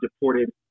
deported